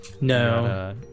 no